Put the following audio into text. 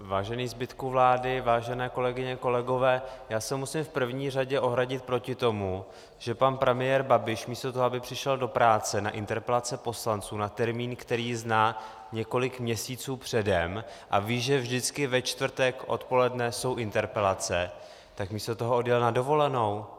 Vážený zbytku vlády, vážené kolegyně, kolegové, musím se v první řadě ohradit proti tomu, že pan premiér Babiš místo toho, aby přišel do práce na interpelace poslanců, na termín, který zná několik měsíců předem, a ví, že vždycky ve čtvrtek odpoledne jsou interpelace, tak místo toho odjel na dovolenou.